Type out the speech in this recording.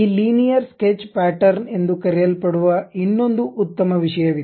ಈ linear sketch pattern ಎಂದು ನಾವು ಕರೆಯಲ್ಪಡುವ ಕರೆಯುವ ಇನ್ನೊಂದು ಉತ್ತಮ ವಿಷಯವಿದೆ